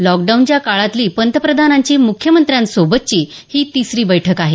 लॉकडाऊनच्या काळातली पंतप्रधानांची मुख्यमंत्र्यांसोबतची ही तिसरी बैठक आहे